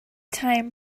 time